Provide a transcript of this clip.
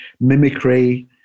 mimicry